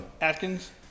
Atkins